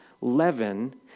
leaven